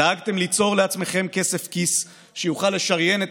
דאגתם ליצור לעצמכם כסף כיס שיוכל לשריין את